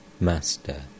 Master